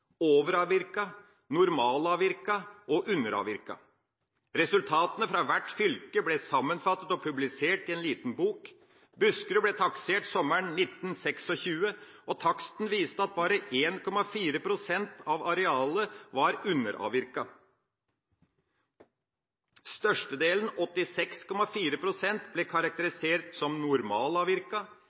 og underavvirket. Resultatene fra hvert fylke ble sammenfattet og publisert i en liten bok. Buskerud ble taksert sommeren 1926. Taksten viste at bare 1,4 pst. av arealet var underavvirket. Størstedelen, 86,4 pst., ble karakterisert som